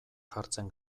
jartzen